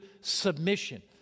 submission